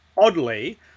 Oddly